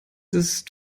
ist